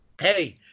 Hey